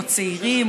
או צעירים,